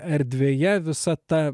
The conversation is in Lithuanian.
erdvėje visa ta